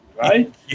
right